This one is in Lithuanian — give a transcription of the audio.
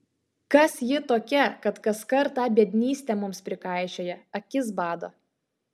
kas ji tokia kad kaskart tą biednystę mums prikaišioja akis bado